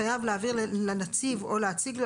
חייב להעביר לנציב או להציג לו,